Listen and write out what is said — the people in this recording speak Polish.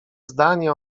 zdanie